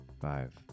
Five